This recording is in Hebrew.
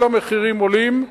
כל המחירים עולים,